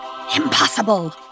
Impossible